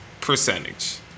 percentage